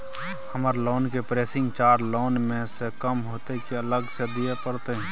हमर लोन के processing charge loan म स कम होतै की अलग स दिए परतै?